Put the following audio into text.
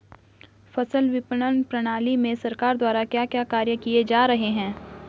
फसल विपणन प्रणाली में सरकार द्वारा क्या क्या कार्य किए जा रहे हैं?